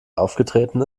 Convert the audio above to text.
aufgetreten